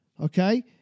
Okay